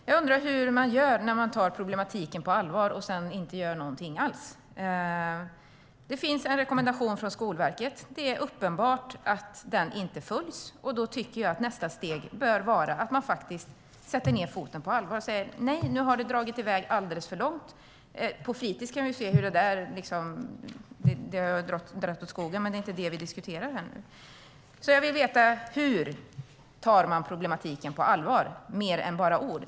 Herr talman! Jag undrar hur man gör när man tar problematiken på allvar och sedan inte gör någonting alls. Det finns en rekommendation från Skolverket. Det är uppenbart att den inte följs. Då tycker jag att nästa steg bör vara att man på allvar sätter ned foten och säger: Nej, nu har det dragit i väg alldeles för långt. Vi kan se hur det har dragit åt skogen på fritis. Men det är inte vad vi diskuterar här. Jag vill veta: Hur tar man problematiken på allvar med mer än bara ord?